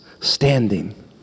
standing